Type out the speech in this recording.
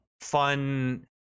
fun